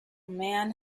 man